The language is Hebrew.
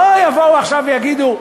לא יבואו עכשיו ויגידו: